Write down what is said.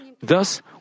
Thus